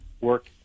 work